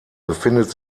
befindet